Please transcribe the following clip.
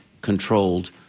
controlled